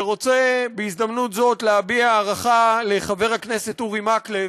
ורוצה בהזדמנות זאת להביע הערכה לחבר הכנסת אורי מקלב,